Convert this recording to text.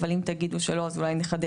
אבל אם תגידו שלא אז עדיין נחדד,